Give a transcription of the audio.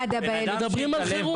מדברים על חירום.